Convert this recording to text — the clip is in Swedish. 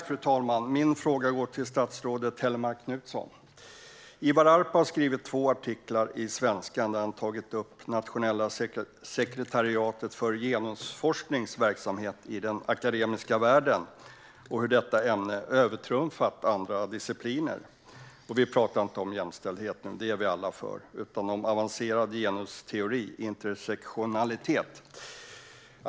Fru talman! Min fråga går till statsrådet Hellmark Knutsson. Ivar Arpi har skrivit två artiklar i Svenskan där han har tagit upp Nationella sekretariatet för genusforsknings verksamhet i den akademiska världen och hur detta ämne har övertrumfat andra discipliner. Vi talar inte om jämställdhet nu, för det är vi alla för, utan om avancerad genusteori, intersektionalitet.